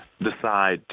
decide